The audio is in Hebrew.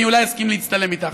אני אולי אסכים להצטלם איתך.